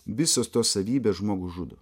visos tos savybės žmogų žudo